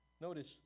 Notice